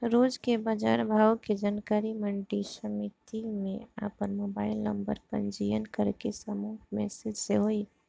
रोज के बाजार भाव के जानकारी मंडी समिति में आपन मोबाइल नंबर पंजीयन करके समूह मैसेज से होई?